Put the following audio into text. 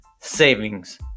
savings